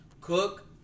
Cook